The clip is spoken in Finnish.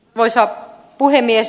arvoisa puhemies